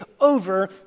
over